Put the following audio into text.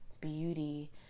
beauty